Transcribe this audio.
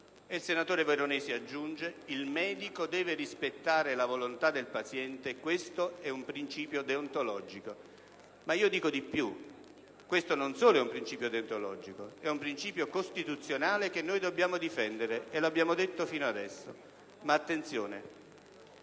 il senatore Veronesi aggiunge che il medico deve rispettarla, trattandosi di un principio deontologico. Ma dico di più: questo non solo è un principio deontologico, è un principio costituzionale che dobbiamo difendere, e lo abbiamo detto fino adesso. Attenzione